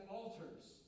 altars